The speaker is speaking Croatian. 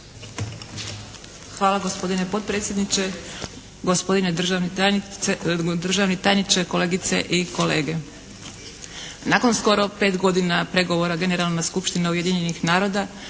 Hvala gospodine potpredsjedniče. Gospodine državni tajniče, kolegice i kolege. Nakon skoro pet godina pregovora Generalna skupština Ujedinjenih naroda